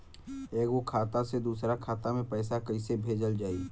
एगो खाता से दूसरा खाता मे पैसा कइसे भेजल जाई?